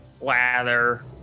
lather